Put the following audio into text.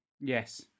Yes